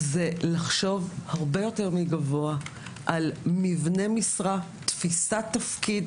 לחשוב הרבה יותר מגבוה על מבנה משרה, תפיסת תפקיד